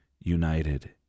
united